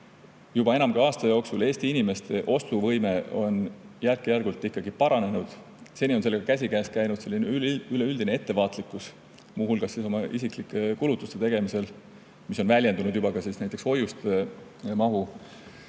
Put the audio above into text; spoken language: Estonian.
juba enam kui aasta jooksul Eesti inimeste ostuvõime järk-järgult paranenud. Seni on sellega käsikäes käinud selline üleüldine ettevaatlikkus, muu hulgas oma isiklike kulutuste tegemisel, mis on väljendunud ka näiteks hoiuste mahu